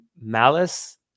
malice